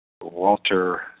Walter